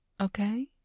okay